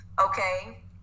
okay